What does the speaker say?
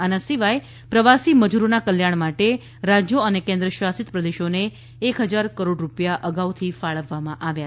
આના સિવાય પ્રવાસી મજુરોના કલ્યાણ માટે રાજ્યો અને કેન્દ્ર શાસિતપ્રદેશોને એક હજાર કરોડ રૂપિયા અગાઉથી ફાળવવામાં આવ્યાં છે